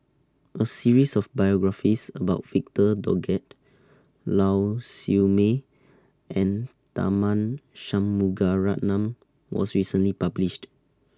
A series of biographies about Victor Doggett Lau Siew Mei and Tharman Shanmugaratnam was recently published